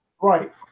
Right